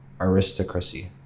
aristocracy